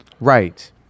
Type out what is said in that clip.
right